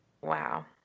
Wow